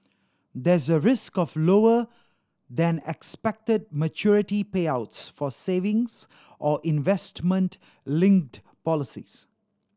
there is a risk of lower than expected maturity payouts for savings or investment linked policies